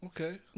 okay